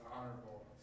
honorable